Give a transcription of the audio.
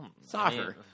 Soccer